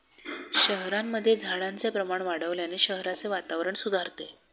शहरांमध्ये झाडांचे प्रमाण वाढवल्याने शहराचे वातावरण सुधारते